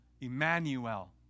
Emmanuel